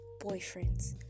boyfriends